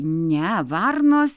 ne varnos